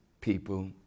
people